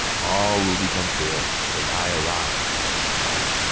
all will become clear when i arrive at chang'an.